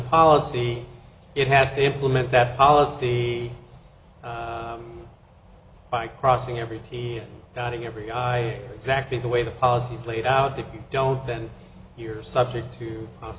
policy it has to implement that policy by crossing every t dotting every i exactly the way the policies laid out if you don't then you're subject to